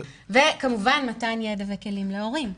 וכמובן מתן ידע וכלים להורים.